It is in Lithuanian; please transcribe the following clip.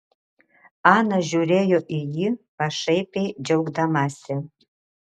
ana žiūrėjo į jį pašaipiai džiaugdamasi